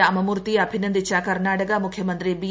രാമമൂർത്തിയെ അഭിനന്ദിച്ച കർണ്ണാടക മുഖ്യമന്ത്രി ബി